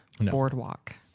boardwalk